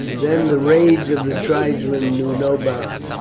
then the rage of the tribesmen knew no bounds,